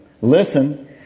listen